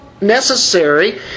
necessary